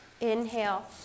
Inhale